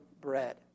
bread